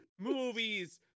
Movies